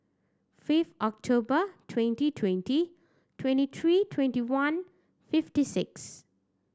fifth October twenty twenty twenty three twenty one fifty six